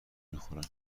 میخورن